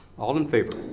all in favor.